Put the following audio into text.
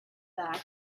back